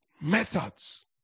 Methods